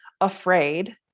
afraid